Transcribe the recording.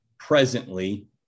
presently